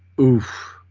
Oof